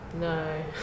no